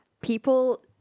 people